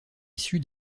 issu